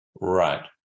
Right